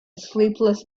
sleepless